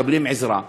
מקבלים עזרה.